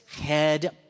head